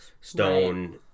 stone